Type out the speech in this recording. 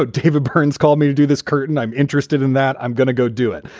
ah david burns called me to do this curtain. i'm interested in that. i'm gonna go do it.